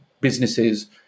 businesses